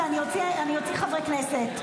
אני אוציא חברי כנסת.